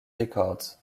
records